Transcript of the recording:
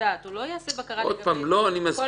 הוא לא יעשה שיקול דעת לגבי כל מכרז ומכרז.